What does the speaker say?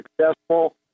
successful